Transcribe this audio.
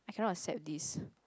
I cannot accept this